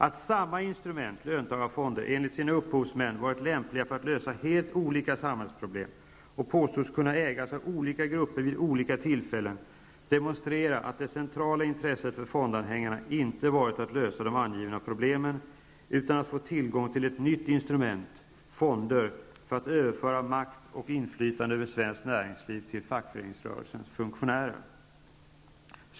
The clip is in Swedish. Att samma instrument -- löntagarfonderna -- enligt sina upphovsmän varit lämpligt för att lösa helt olika samhällsproblem och vid olika tillfällen påståtts kunna ägas av olika grupper demonstrerar att det centrala intresset för fondanhängarna inte varit att lösa de angivna problemen utan att få tillgång till ett nytt instrument -- fonder -- för att överföra makt och inflytande över svenskt näringsliv till fackföreningsrörelsens funktionärer.